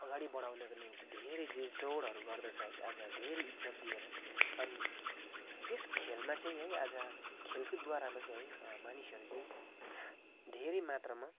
अगाडि बढाउनका निम्ति धेरै जे जोडहरू गर्दछ है आज धेरै इज्जत दिएर अनि यस खेलमा चाहिँ है आज खेलकुदद्वारामा चाहिँ है मानिसहरू चाहिँ धेरै मात्रामा